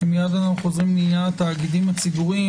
מייד נחזור לעניין התאגידים הציבוריים